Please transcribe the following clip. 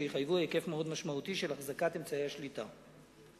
שיחייבו היקף מאוד משמעותי של החזקת אמצעי השליטה וכן,